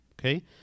okay